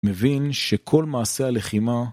מבין שכל מעשה הלחימה